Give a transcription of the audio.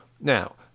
Now